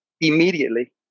immediately